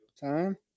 Time